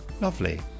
lovely